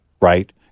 right